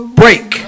break